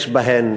יש בהם,